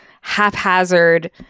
haphazard